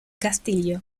castillo